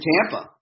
Tampa